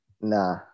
Nah